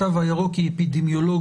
לתו הירוק היא אפידמיולוגית,